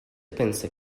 pensa